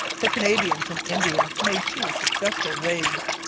the canadians and indians made two successful raids.